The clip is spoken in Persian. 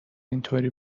اینطوری